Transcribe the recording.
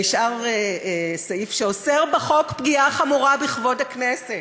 נשאר סעיף שאוסר בחוק פגיעה חמורה בכבוד הכנסת.